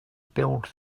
build